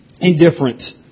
indifferent